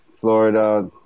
Florida